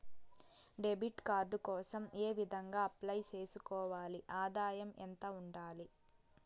Debit card కోసం ఏ విధంగా అప్లై సేసుకోవాలి? ఆదాయం ఎంత ఉండాలి?